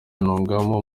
ntungamo